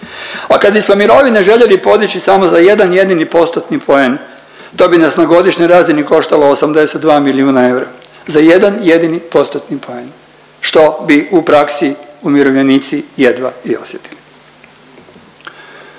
A kad bismo mirovine željeli podići samo za jedan jedini postotni poen to bi nas na godišnjoj razini koštalo 82 milijuna eura, za jedan jedini postotni poen što bi u praksi umirovljenici jedva i osjetili.